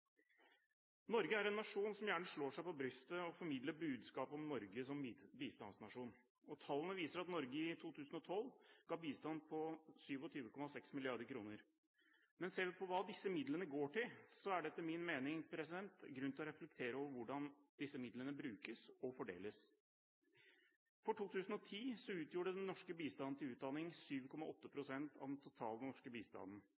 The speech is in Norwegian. Norge er en nasjon som gjerne slår seg på brystet og formidler budskapet om Norge som bistandsnasjon. Tallene viser at Norge i 2012 ga bistand på 27,6 mrd. kr. Men ser vi på hva disse midlene går til, er det etter min mening grunn til å reflektere over hvordan disse midlene brukes og fordeles. For 2010 utgjorde den norske bistanden til utdanning 7,8 pst. av den totale norske bistanden,